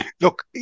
look